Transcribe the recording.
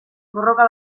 borroka